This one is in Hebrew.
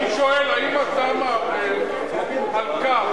אני שואל, האם אתה מערער על כך